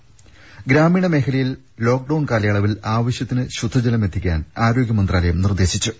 ത ഗ്രാമീണ മേഖലയിൽ ലോക്ക്ഡൌൺ കാലയളവിൽ ആവശ്യത്തിന് ശുദ്ധജലം എത്തിക്കാൻ ആരോഗ്യ മന്ത്രാലയം നിർദേശിച്ചു